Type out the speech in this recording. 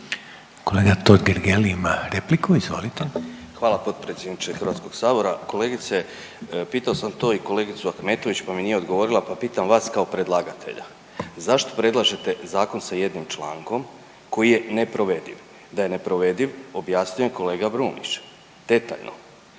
Kolega Totgergeli ima repliku, izvolite. **Totgergeli, Miro (HDZ)** Hvala potpredsjedniče HS-a. Kolegice, pitao sam to i kolegicu Ahmetović pa mi nije odgovorila pa pitam vas kao predlagatelja. Zašto predlažete zakon sa jednim člankom koji je neprovediv? Da je neprovediv, objasnio je kolega Brumnić detaljno.